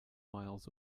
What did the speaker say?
miles